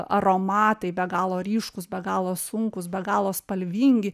aromatai be galo ryškūs be galo sunkūs be galo spalvingi